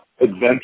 adventure